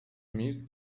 miss